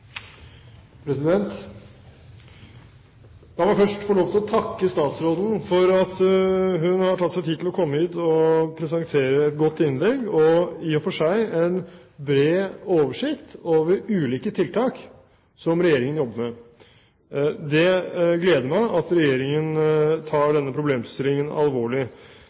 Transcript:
presentere et godt innlegg og i og for seg en bred oversikt over ulike tiltak som Regjeringen jobber med. Det gleder meg at Regjeringen tar denne problemstillingen alvorlig.